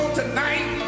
tonight